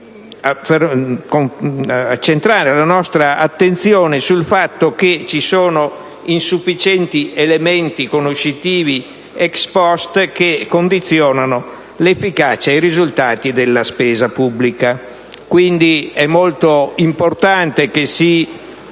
centrare la nostra attenzione sul fatto che ci sono insufficienti elementi conoscitivi *ex post* che condizionano l'efficacia e i risultati della spesa pubblica. Pertanto è molto importante che si